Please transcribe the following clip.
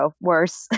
worse